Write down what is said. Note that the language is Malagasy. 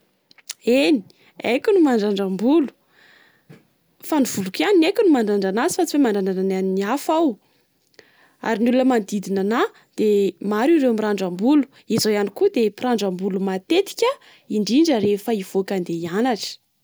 Eny, haiko ny mandrandram-bolo, fa ny voloko ihany no haiko ny mandrandrana azy. Fa tsy mahay mandrandrana ny an'ny hafa aho. Ary ny olona manodidina anà de maro ireo mirandram-bolo. Izaho ihany koa dia mpirandram-bolo matetika indrindra, rehefa hivoaka andeha hianatra.